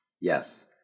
Yes